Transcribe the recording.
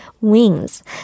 wings